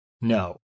No